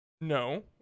No